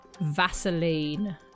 vaseline